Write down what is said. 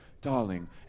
darling